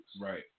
Right